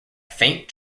faint